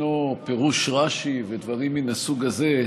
שישנו פירוש רש"י ודברים מן הסוג הזה,